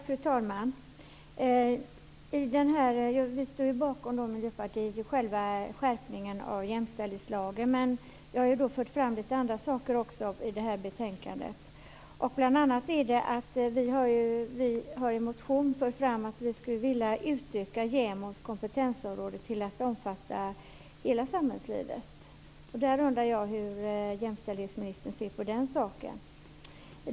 Fru talman! Miljöpartiet står bakom skärpningen av jämställdhetslagen. Jag har fört fram lite andra saker också i betänkandet. Bl.a. har vi i en motion fört fram att vi skulle vilja utöka JämO:s kompetensområde till att omfatta hela samhällslivet. Jag undrar hur jämställdhetsministern ser på den saken.